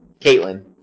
Caitlin